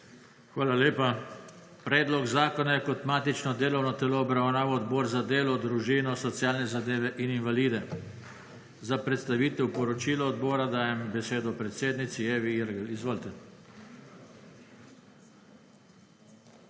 Hvala lepa. Predlog zakona je kot matično delovno telo obravnaval Odbor za delo, družino, socialne zadeve in invalide. Za predstavitev poročilo odbora dajem besedo predsednici Evi Irgl. Izvolite.